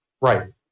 right